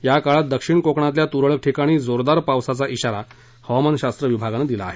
या काळात दक्षिण कोकणातल्या तुरळक ठिकाणी जोरदार पावसाचा इशारा हवामानशास्त्र विभागानं दिला आहे